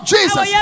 Jesus